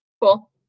Cool